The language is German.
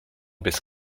bis